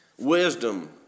Wisdom